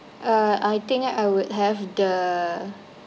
uh I think I would have the